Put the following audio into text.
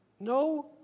No